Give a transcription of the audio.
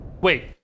wait